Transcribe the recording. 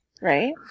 right